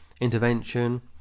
intervention